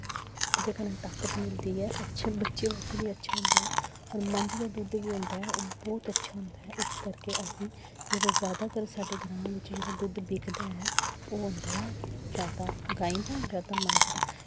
ओहदे कन्नै ताकत मिलदी ऐ अच्छे बच्चें बास्तै बी अच्छा होंदा ऐ होर मंज दा दुद्ध बी होंदा ऐ ओह् बी बौह्त अच्छा होंदा ऐ इस करके असीं जादा साढ़े ग्रांऽ बिच्च जेह्ड़ा दुद्ध बिकदा ऐ ओह् होंदा ऐ जां तां गायें दा जां तां मंज दा